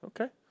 okay